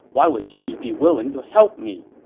why would he be willing to help me?